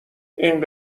این